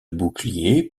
bouclier